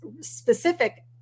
specific